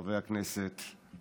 חברי הכנסת.